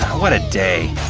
what a day.